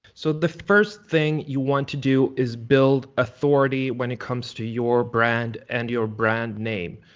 so the first thing you want to do is build authority when it comes to your brand and your brand name.